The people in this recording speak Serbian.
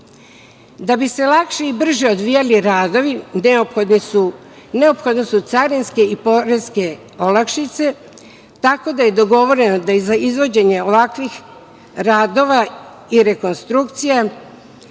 Da bi se lakše i brže odvijali radovi, neophodne su carinske i poreske olakšice, tako da je dogovoreno da je za izvođenje ovakvih radova i rekonstrukcije